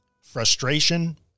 frustration